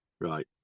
Right